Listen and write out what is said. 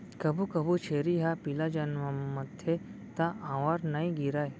कभू कभू छेरी ह पिला जनमथे त आंवर नइ गिरय